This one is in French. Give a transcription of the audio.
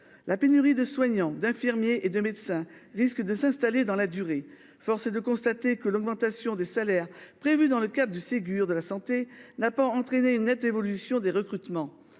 La pénurie de soignants d'infirmiers et de médecins risque de s'installer dans la durée. Force est de constater que l'augmentation des salaires prévue dans le cadre du Ségur de la santé n'a pas entraîné une nette évolution des recrutements